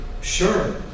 Sure